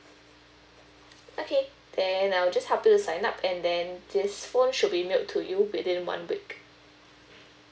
okay then I'll just help you to sign up and then this phone should be mailed to you within one week